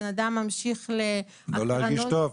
הרבה פעמים בן אדם ממשיך --- לא להרגיש טוב,